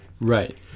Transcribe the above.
Right